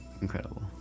incredible